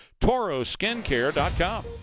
ToroSkinCare.com